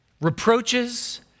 Reproaches